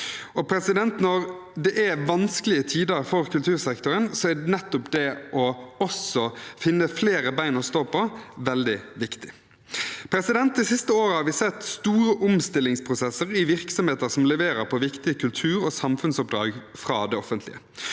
Når det er vanskelige tider for kultursektoren, er nettopp det å finne flere bein å stå på veldig viktig. Det siste året har vi sett store omstillingsprosesser i virksomheter som leverer på viktige kultur- og samfunnsoppdrag fra det offentlige.